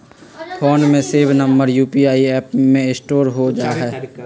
phone में save number UPI app में store हो जा हई